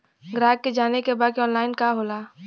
ग्राहक के जाने के बा की ऑनलाइन का होला?